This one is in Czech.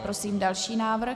Prosím další návrh.